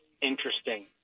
interesting